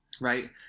right